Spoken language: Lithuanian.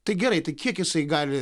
tai gerai tai kiek jisai gali